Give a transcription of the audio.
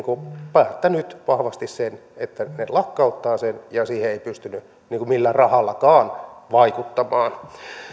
päättänyt vahvasti sen että lakkauttavat sen ja siihen ei pystynyt millään rahallakaan vaikuttamaan